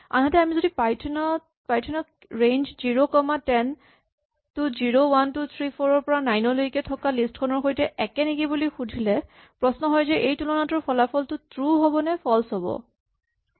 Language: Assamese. আনহাতে আমি যদি পাইথন ক ৰেঞ্জ জিৰ' কমা টেন টো zero one two three four ৰ পৰা নাইন লৈকে থকা লিষ্ট খনৰ সৈতে একে নেকি বুলি সুধিলে প্ৰশ্ন হয় যে এই তুলনাটোৰ ফলাফল ট্ৰো হ'ব নে ফল্চ হ'ব